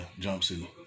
jumpsuit